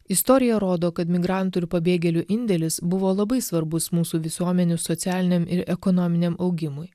istorija rodo kad migrantų ir pabėgėlių indėlis buvo labai svarbus mūsų visuomenių socialiniam ir ekonominiam augimui